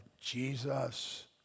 Jesus